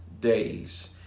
days